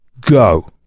go